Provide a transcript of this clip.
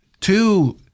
two